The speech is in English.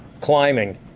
climbing